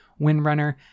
Windrunner